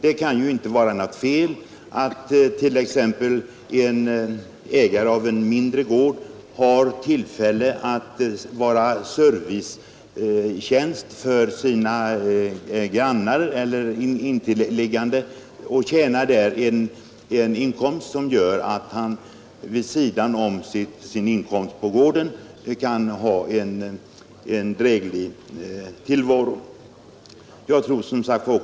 Det kan inte vara något fel att t.ex. en ägare av en mindre gård har tillfälle att fullgöra servicetjänst åt sina grannar och därigenom få en inkomst som jämte inkomsten från gården möjliggör en dräglig tillvaro för honom.